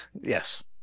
yes